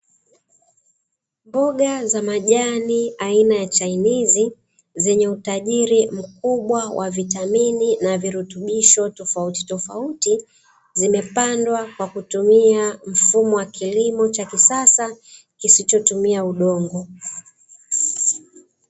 Mboga za majani aina ya chainizi, zenye utajiri mkubwa wa vitamini na virutubisho tofautitofauti, zimepandwa kwa kutumia mfumo wa kilimo cha kisasa, kisichotumia udongo.